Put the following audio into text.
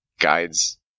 Guides